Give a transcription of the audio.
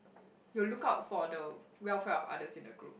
you look out for the welfare of other in the group